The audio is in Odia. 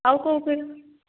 ଆଉ କେଉଁ କେଉଁ